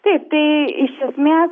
taip tai iš esmės